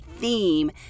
theme